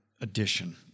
edition